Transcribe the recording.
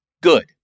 good